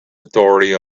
authority